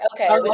Okay